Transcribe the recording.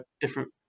different